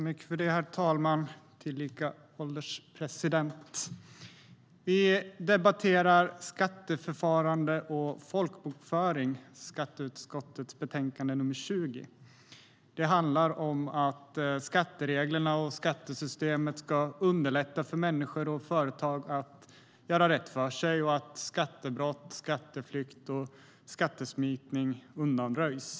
Herr ålderspresident! Vi debatterar skatteutskottets betänkande 20 om skatteförfarande och folkbokföring. Det handlar om att skattereglerna och skattesystemet ska underlätta för människor och företag att göra rätt för sig, så att skattebrott, skatteflykt och skattesmitning undanröjs.